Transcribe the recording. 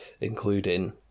including